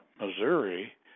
Missouri